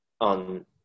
on